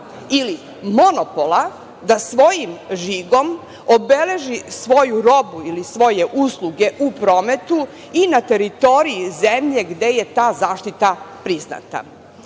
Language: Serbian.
ili monopola da svojim žigom obeleži svoju robu ili svoje usluge u prometu i na teritoriji zemlje gde je ta zaštita priznata. Koliki